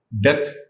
death